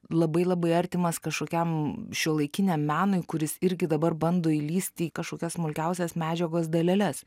labai labai artimas kažkokiam šiuolaikiniam menui kuris irgi dabar bando įlįsti į kažkokias smulkiausias medžiagos daleles